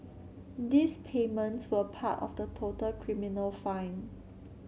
these payments were part of the total criminal fine